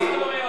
הוא מסית ומדיח.